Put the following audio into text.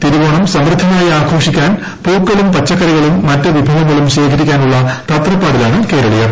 തിരവോണം സമൃദ്ധമായി ആഘോഷിക്കാൻ പൂക്കളും പച്ചക്കറികളും മറ്റ് വിഭവങ്ങളും തത്രപാടിലാണ് കേരളീയർ